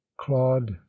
Claude